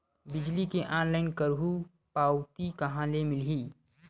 बिजली के ऑनलाइन करहु पावती कहां ले मिलही?